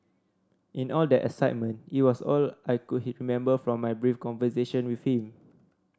in all that excitement it was all I could remember from my brief conversation with him